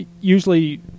usually